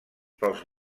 pels